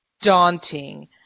daunting